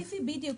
בדיוק.